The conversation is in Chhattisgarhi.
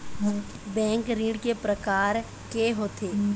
बैंक ऋण के प्रकार के होथे?